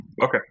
Okay